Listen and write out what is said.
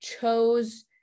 chose